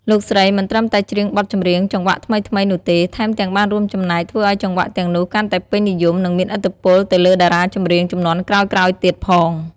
លោកស្រីមិនត្រឹមតែច្រៀងបទចម្រៀងចង្វាក់ថ្មីៗនោះទេ ថែមទាំងបានរួមចំណែកធ្វើឱ្យចង្វាក់ទាំងនោះកាន់តែពេញនិយម និងមានឥទ្ធិពលទៅលើតារាចម្រៀងជំនាន់ក្រោយៗទៀតផង។